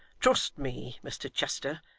trust me, mr chester,